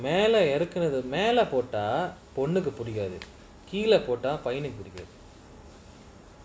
மேலயாருக்குமேலபோட்டாபொண்ணுக்குபுடிக்காதுகீழபோட்டாபையனுக்குபிடிக்காது:mela yaruku mela pota ponnuku pudikathu keela pota payanuku pidikathu